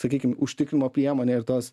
sakykim užtikrinimo priemonė ir tos